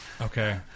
Okay